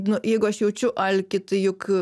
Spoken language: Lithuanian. nu jeigu aš jaučiu alkį tai juk